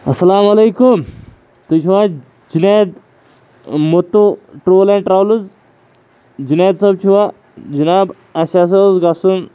اَسَلام علیکُم تُہۍ چھُوا Junaid Mattu tour and travels Junaid صٲب چھُوا جِناب اَسہِ ہَسا اوس گژھُن